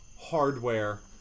hardware